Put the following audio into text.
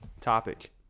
topic